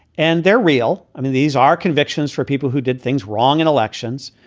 and they're real. i mean, these are convictions for people who did things wrong in elections.